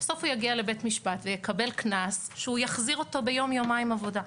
בסוף הוא יגיע לבית המשפט ויקבל קנס שהוא יחזיר אותו ביום-יומיים עבודה.